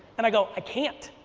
and i go, i can't.